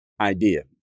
idea